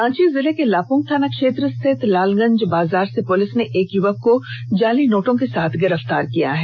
रांची जिले के लापुंग थाना क्षेत्र स्थित लालगंज बाजार से पुलिस ने एक युवक को जाली नोटों के साथ गिरफ्तार किया है